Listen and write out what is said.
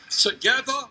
Together